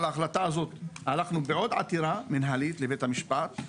על ההחלטה הזאת פנינו בעוד עתירה מינהלית לבית המשפט,